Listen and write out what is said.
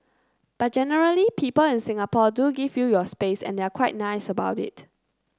but generally people in Singapore do give you your space and they're quite nice about it